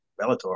Bellator